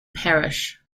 parrish